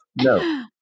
no